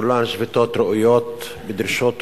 כולן שביתות ראויות, דרישות ראויות,